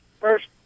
First